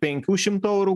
penkių šimtų eurų